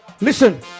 Listen